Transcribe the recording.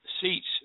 seats